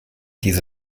diese